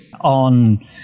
on